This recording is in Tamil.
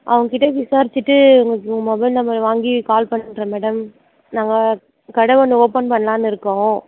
அவங்கிட்ட விசாரிச்சுட்டு உங்கள் மொபைல் நம்பரை வாங்கி கால் பண்ணுறேன் மேடம் நாங்கள் கடை ஒன்று ஓப்பன் பண்லாம்னு இருக்கோம்